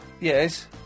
Yes